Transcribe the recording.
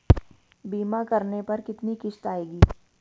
बीमा करने पर कितनी किश्त आएगी?